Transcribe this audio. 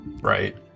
Right